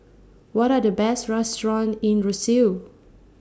What Are The Best restaurants in Roseau